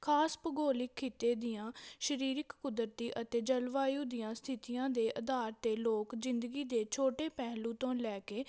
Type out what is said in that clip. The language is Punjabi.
ਖਾਸ ਭੂਗੋਲਿਕ ਖਿੱਤੇ ਦੀਆਂ ਸਰੀਰਕ ਕੁਦਰਤੀ ਅਤੇ ਜਲਵਾਯੂ ਦੀਆਂ ਸਥਿਤੀਆਂ ਦੇ ਅਧਾਰ ਤੇ ਲੋਕ ਜ਼ਿੰਦਗੀ ਦੇ ਛੋਟੇ ਪਹਿਲੂ ਤੋਂ ਲੈ ਕੇ